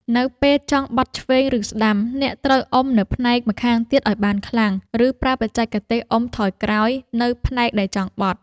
នៅពេលចង់បត់ឆ្វេង ឬស្ដាំ អ្នកត្រូវអុំនៅផ្នែកម្ខាងទៀតឱ្យបានខ្លាំង ឬប្រើបច្ចេកទេសអុំថយក្រោយនៅផ្នែកដែលចង់បត់។